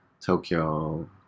Tokyo